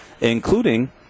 including